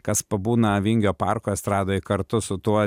kas pabūna vingio parko estradoj kartu su tuo